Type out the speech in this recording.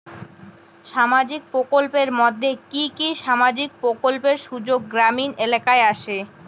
সামাজিক প্রকল্পের মধ্যে কি কি সামাজিক প্রকল্পের সুযোগ গ্রামীণ এলাকায় আসে?